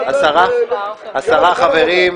חברים,